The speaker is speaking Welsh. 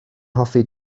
hoffi